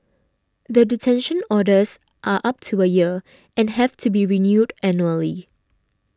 the detention orders are up to a year and have to be reviewed annually